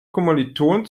kommilitonen